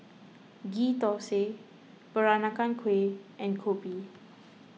Ghee Thosai Peranakan Kueh and Kopi